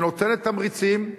שנותנת תמריצים,